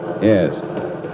Yes